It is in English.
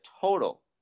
total